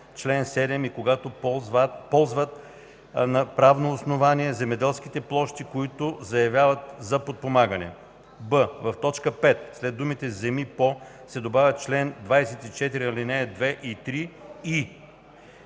чл. 7 и когато ползват на правно основание земеделските площи, които заявяват за подпомагане:”; б) в т. 5 след думите „земи по” се добавя „чл. 24, ал. 2 и 3 и”.